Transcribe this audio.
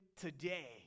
today